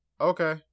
Okay